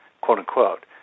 quote-unquote